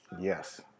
Yes